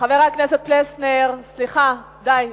חבר הכנסת פלסנר, סליחה, די.